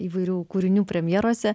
įvairių kūrinių premjerose